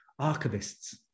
archivists